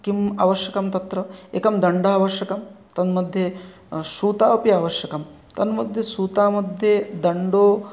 किम् आवश्यकं तत्र एकः दण्डः अवश्यकः तन्मध्ये सूतः अपि आवश्यकः तन्मध्ये सूतमध्ये दण्डो